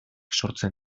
sortzen